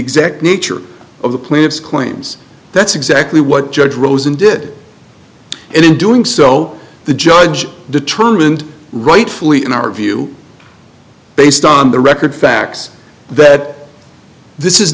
exact nature of the plaintiff's claims that's exactly what judge rosen did and in doing so the judge determined rightfully in our view based on the record facts that this is